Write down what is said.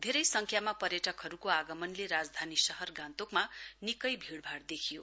धेरै संख्यामा पर्यटकहरूको आगमनले राजधानी शहर गान्तोकमा निकै भीडभाड देखियो